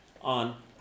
on